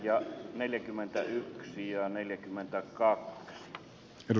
ja neljäkymmentäyksi ja neljäkymmentä kaksi r